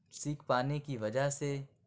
سیکھ پانے کی وجہ سے